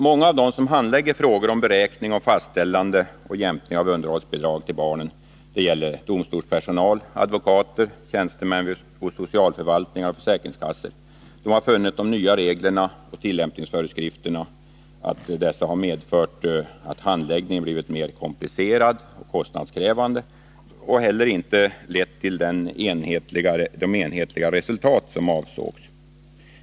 Många av dem som handlägger ärenden om beräkning och fastställande samt jämkning av underhållsbidrag till barn — det gäller domstolspersonal, advokater, tjänstemän hos socialförvaltningar och försäkringskassor — har funnit att de nya reglerna och tillämpningsföreskrifterna medfört att handläggningen blivit mer komplicerad och kostnadskrävande och att de inte hellerlett till det enhetliga resultat som avsågs.